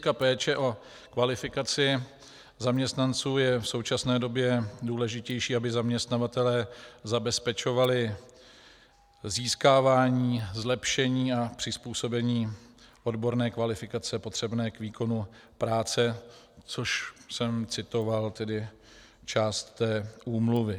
Z hlediska péče o kvalifikaci zaměstnanců je v současné době důležitější, aby zaměstnavatelé zabezpečovali získávání, zlepšení a přizpůsobení odborné kvalifikace potřebné k výkonu práce, což jsem citoval tedy část té úmluvy.